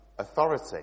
authority